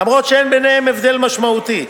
למרות שאין ביניהן הבדל משמעותי,